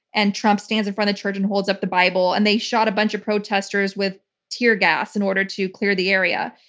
and trump stands in front of the church and holds up the bible, and they shot a bunch of protestors with tear gas in order to clear the area.